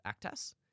ACTAS